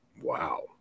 Wow